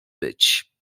być